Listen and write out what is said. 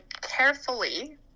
carefully